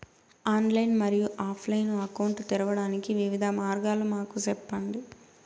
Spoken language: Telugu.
ఆన్లైన్ మరియు ఆఫ్ లైను అకౌంట్ తెరవడానికి వివిధ మార్గాలు మాకు సెప్పండి?